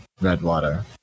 Redwater